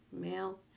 male